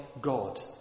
God